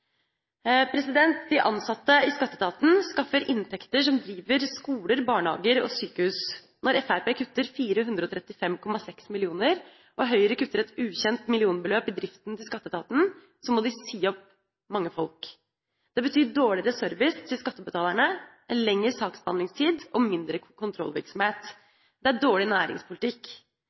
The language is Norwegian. kuttforslag. De ansatte i skatteetaten skaffer inntekter som driver skoler, barnehager og sykehus. Når Fremskrittspartiet kutter 435,6 mill. kr og Høyre kutter et ukjent millionbeløp i driften til skatteetaten, må de si opp mange folk. Det betyr dårligere service til skattebetalerne, lengre saksbehandlingstid og mindre kontrollvirksomhet. Det er dårlig næringspolitikk.